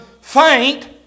faint